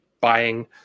buying